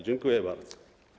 Dziękuję bardzo.